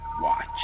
watch